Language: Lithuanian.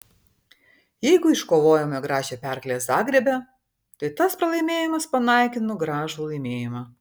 jeigu iškovojome gražią pergalę zagrebe tai tas pralaimėjimas panaikino gražų laimėjimą